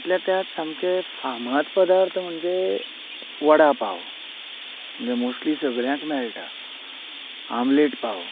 त्यातल्या त्याच सामकें फामाद पदार्थ म्हणजे वडा पाव म्हणजे मोस्टली सगळ्याक मेळटा आमलेट पाव